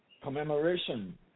commemoration